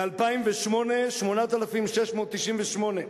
ב-2008, 8,698,